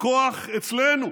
הכוח אצלנו,